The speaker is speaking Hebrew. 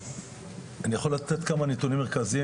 אני יכול לתת כמה נתונים מרכזיים,